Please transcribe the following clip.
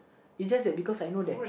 it's just that because I know that